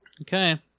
Okay